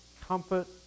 comfort